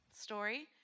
story